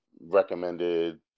recommended